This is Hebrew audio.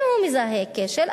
אם הוא מזהה כשל,